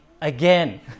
again